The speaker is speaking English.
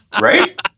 Right